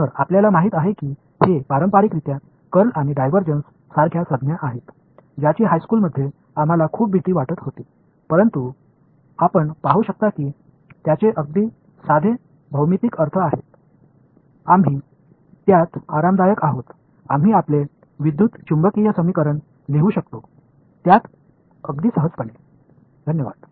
curl மற்றும் divergence ஆகிய டெர்ம்கள் பாரம்பரியமானது மற்றும் இவைகள் நாம் உயர்நிலைப் பள்ளியில் படிக்கும்போது மிகவும் பயந்த சொற்கள் என்று உங்களுக்குத் தெரியும் ஆனால் அவை மிகவும் எளிமையான வடிவியல் அர்த்தங்களைக் கொண்டிருப்பதை நீங்கள் காணலாம் இது நமக்கு வசதியாகவும் இருக்கும் இதனை வைத்து நாம் எலக்ட்ரோமேக்னடிக்ஸின் சமன்பாட்டை மிக எளிதாக எழுதலாம்